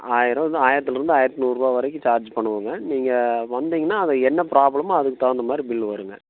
ஆயரரூவாலருந்து ஆயிரத்துலேருந்து ஆயிரத்தி நூறுரூவா வரைக்கும் சார்ஜ் பண்ணுவோம்ங்க நீங்கள் வந்தீங்கன்னா அது என்ன ப்ராப்ளமோ அதுக்கு தகுந்த மாதிரி பில்லு வரும்ங்க